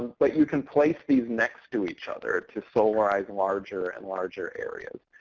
but you can place these next to each other to solarize larger and larger areas.